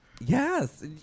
Yes